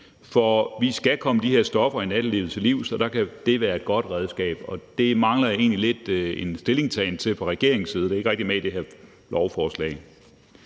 for vi skal komme de her stoffer i nattelivet til livs, og der kan det være et godt redskab. Det mangler jeg lidt en stillingtagen til fra regeringens side, for det er ikke rigtig med i det her lovforslag.